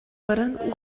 баран